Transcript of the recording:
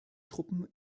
truppen